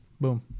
Boom